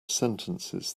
sentences